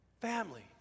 family